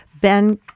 Ben